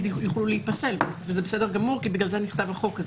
יוכלו להיפסל וזה בסדר גמור כי לכן נכתב החוק הזה.